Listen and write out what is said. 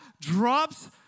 drops